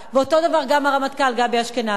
ואותו דבר גם הרמטכ"ל גבי אשכנזי.